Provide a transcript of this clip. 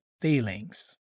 feelings